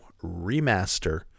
Remaster